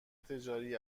تجاری